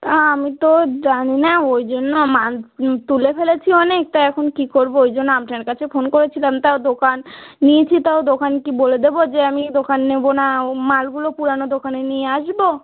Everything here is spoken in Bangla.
তা আমি তো জানি না ওই জন্য মাল তুলে ফেলেছি অনেক তা এখন কী করব ওই জন্য আপনার কাছে ফোন করেছিলাম তা দোকান নিয়েছি তা ও দোকান কি বলে দেবো যে আমি দোকান নেব না ও মালগুলো পুরনো দোকানে নিয়ে আসব